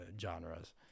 Genres